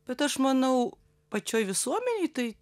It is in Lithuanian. bet aš manau pačioje visuomenėje tai